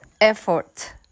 effort